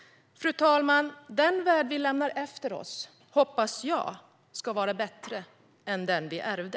Fru talman! Den värld vi lämnar efter oss hoppas jag ska vara bättre än den vi ärvde.